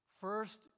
First